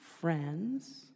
friends